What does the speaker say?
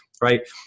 right